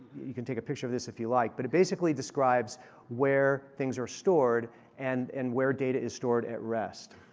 you can take a picture of this if you like. but it basically describes where things are stored and and where data is stored at rest.